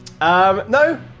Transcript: No